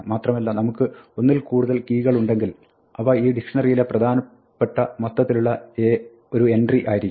മാത്രമല്ല നമുക്ക് ഒന്നിൽ കൂടുതൽ കീകളുണ്ടെങ്കിൽ അവ ഈ ഡിക്ഷ്ണറിയിലെ പ്രധാനപ്പെട്ട മൊത്തത്തിലുള്ള ഒരു എൻട്രി ആയിരിക്കും